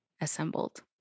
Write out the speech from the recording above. assembled